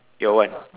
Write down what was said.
your one